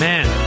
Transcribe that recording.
Man